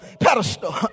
pedestal